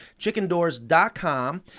Chickendoors.com